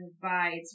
provides